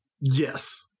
yes